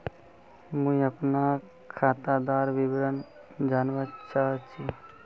मुई अपना खातादार विवरण जानवा चाहची?